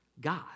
God